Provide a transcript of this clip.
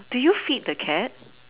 do you feed the cat